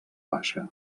baixa